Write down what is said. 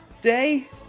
day